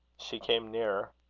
she came nearer.